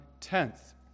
tenth